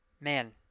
man